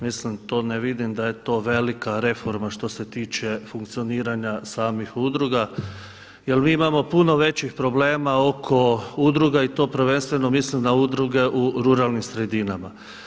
Mislim to ne vidim da je to velika reforma, što se tiče funkcioniranja samih udruga jer mi imamo puno većih problema oko udruga i to prvenstveno mislim na udruge u ruralnim sredinama.